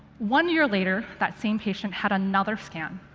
one year later, that same patient had another scan.